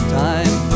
time